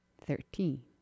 Thirteen